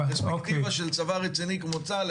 אתה לא יכול להציג בפרספקטיבה של צבא רציני כמו צה"ל,